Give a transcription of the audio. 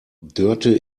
dörte